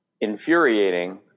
infuriating